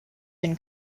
been